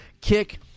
Kick